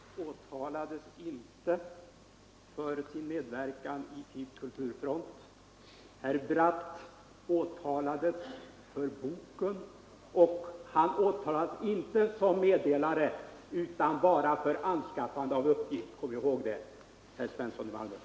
Fru talman! Bratt åtalades inte av JK för sin medverkan i FiB/Kulturfront. Bratt åtalades för boken. Och han åtalades inte som meddelare utan för anskaffande av uppgift. Kom ihåg det, herr Svensson i Malmö!